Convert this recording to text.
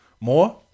More